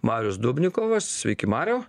marius dubnikovas sveiki mariau